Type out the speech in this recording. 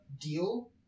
deal